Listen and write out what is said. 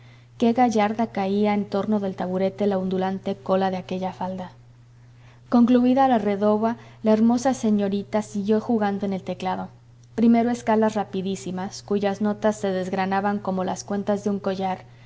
qué gallarda caía en torno del taburete la ondulante cola de aquella falda concluída la redowa la hermosa señorita siguió jugando en el teclado primero escalas rapidísimas cuyas notas se desgranaban como las cuentas de un collar